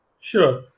Sure